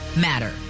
matter